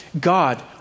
God